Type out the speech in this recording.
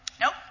Nope